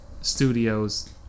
studios